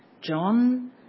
John